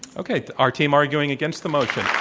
okay. our team arguing against the motion.